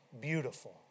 beautiful